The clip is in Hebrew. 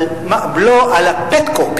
בלו על ה"פטקוק".